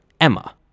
Emma